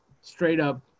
straight-up